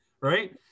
right